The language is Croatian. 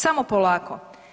Samo polako!